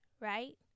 right